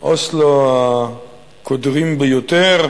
אוסלו הקודרים ביותר.